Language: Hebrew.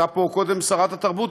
הייתה פה קודם שרת התרבות,